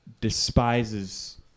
despises